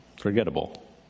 forgettable